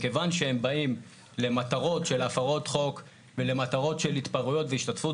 מכיוון שהם באים למטרות של הפרות חוק ולמטרות של התפרעויות והשתתפות